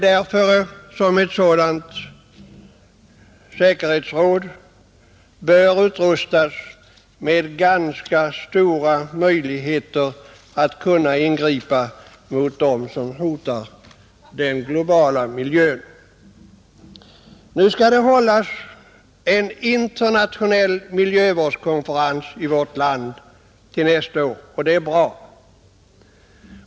Därför bör ett sådant säkerhetsråd utrustas med ganska stora möjligheter att ingripa mot dem som hotar den globala miljön. Nu skall det hållas en internationell miljövårdskonferens i vårt land nästa år, och det är bra.